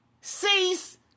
cease